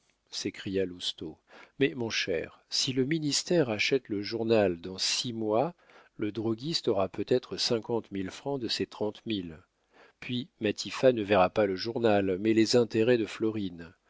s'écria lousteau mais mon cher si le ministère achète le journal dans six mois le droguiste aura peut-être cinquante mille francs de ses trente mille puis matifat ne verra pas le journal mais les intérêts de florine